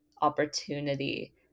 opportunity